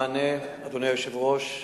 אדוני היושב-ראש,